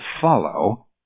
follow